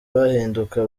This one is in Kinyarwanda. bahinduka